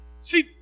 See